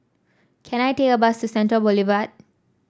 can I take a bus to Central Boulevard